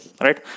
right